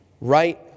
Right